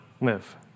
live